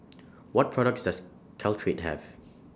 What products Does Caltrate Have